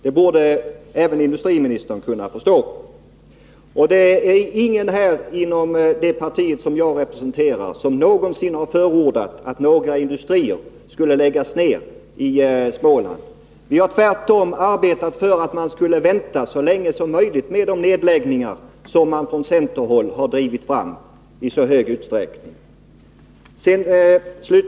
Det borde även industriministern kunna förstå. Ingen inom mitt parti har någonsin förordat att några industrier skall läggas ned i Småland. Vi har tvärtom arbetat för att man skall vänta så länge som möjligt med de nedläggningar som centern i så stor utsträckning är ansvarig för.